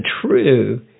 true